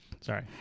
Sorry